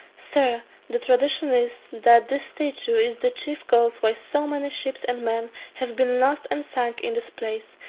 sir, the tradition is, that this statue is the chief cause why so many ships and men have been lost and sunk in this place,